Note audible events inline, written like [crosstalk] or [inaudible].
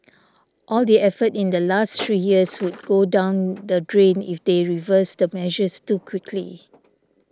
all the effort in the last three years [noise] would go down the drain if they reverse the measures too quickly